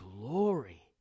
glory